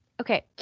okay